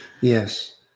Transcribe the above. Yes